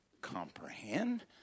comprehend